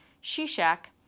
Shishak